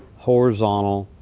horizontal,